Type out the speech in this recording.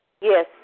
Yes